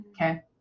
Okay